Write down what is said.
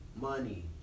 money